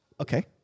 Okay